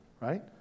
right